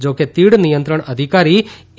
જો કે તીડ નિયંત્રણ અધિકારી એ